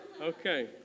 Okay